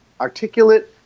articulate